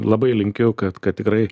labai linkiu kad kad tikrai